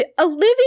Olivia